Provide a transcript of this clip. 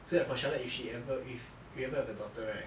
so that for charlotte if she ever if you ever have a daughter right